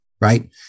right